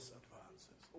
advances